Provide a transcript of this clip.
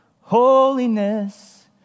Holiness